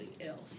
else